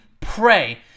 pray